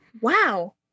wow